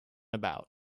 about